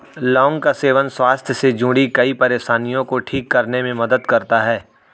लौंग का सेवन स्वास्थ्य से जुड़ीं कई परेशानियों को ठीक करने में मदद करता है